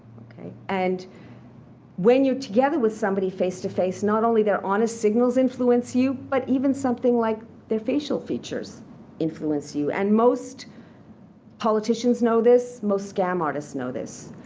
and when you're together with somebody face-to-face, not only their honest signals influence you, but even something like their facial features influence you. and most politicians know this, most scam artists know this.